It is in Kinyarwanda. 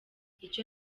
icyo